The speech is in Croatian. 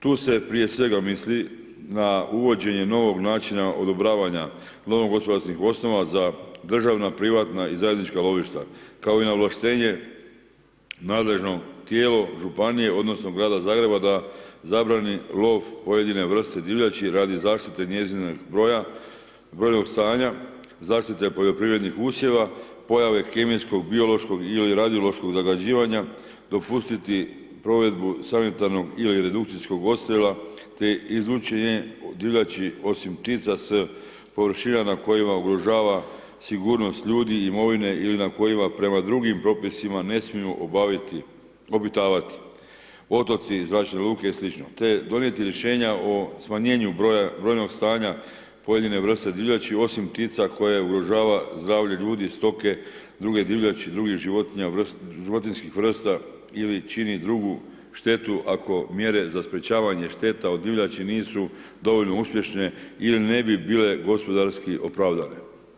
Tu se prije svega misli na uvođenje novog načina odobravanja lovno gospodarskih osnova za državna, privatna i zajednička lovišta kao i na ovlaštenje nadležno tijelo, županije odnosno grada Zagreba da zabrani lov pojedine vrste divljali radi zaštite njezinog brojnog stanja, zaštite poljoprivrednih usjeva, pojave kemijskog, biološkog ili radiološkog zagađivanja, dopustiti provedbi sanitarnog ili redukcijskog odstrela te izlučenje divljači osim ptica s površina na kojima ugrožava sigurnost ljudi, imovine ili na kojima prema drugim propisima ne smiju obitavati, potoci, zračne luke i slično te donijeti rješenja o smanjenju broja brojnost stanja pojedine vrste divljači osim ptica koje ugrožavaju zdravlje ljudi, stoke, druge divljači, drugih životinjska vrsta ili čini drugu štetu ako mjere za sprječavanje šteta od divljači nisu dovoljno uspješne ili ne bi bilo gospodarski opravdane.